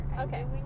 Okay